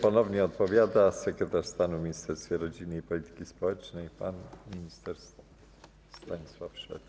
Ponownie odpowiada sekretarz stanu w Ministerstwie Rodziny i Polityki Społecznej pan minister Stanisław Szwed.